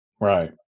Right